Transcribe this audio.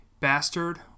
Bastard